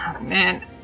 man